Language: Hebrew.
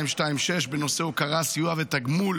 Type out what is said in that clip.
1226, בנושא הוקרה סיוע ותגמול